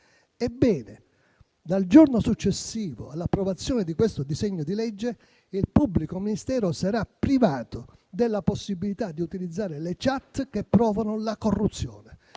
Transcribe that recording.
Ebbene, dal giorno successivo all'approvazione di questo disegno di legge il pubblico ministero sarà privato della possibilità di utilizzare le *chat* che provano la corruzione.